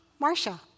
Marsha